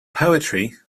poetry